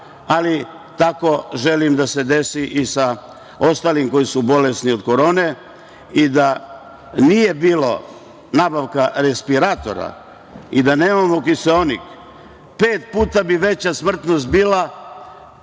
ali tako želim da se desi i sa ostalima koji su bolesni od korone. Da nije bilo nabavke respiratora i da nemamo kiseonik, pet puta bi veća smrtnost bila